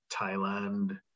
Thailand